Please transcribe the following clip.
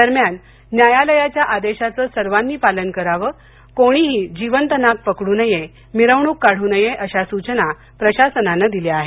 दरम्यान न्यायालयाच्या आदेशांचं सर्वांनी पालन कराव कोणीही जिवंत नाग पकडू नये मिरवणूक काढू नये अशा सूचना प्रशासनाने दिल्या आहेत